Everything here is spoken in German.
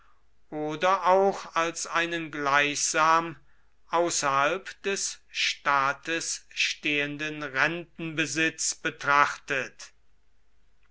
oder auch als einen gleichsam außerhalb des staates stehenden rentenbesitz betrachtet